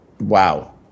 wow